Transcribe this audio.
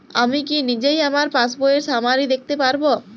আমি কি নিজেই আমার পাসবইয়ের সামারি দেখতে পারব?